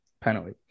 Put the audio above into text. Penalty